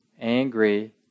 angry